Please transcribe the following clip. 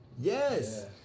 yes